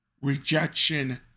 Rejection